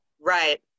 Right